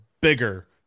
bigger